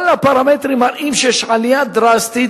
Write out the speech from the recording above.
כל הפרמטרים מראים שיש עלייה דרסטית,